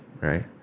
right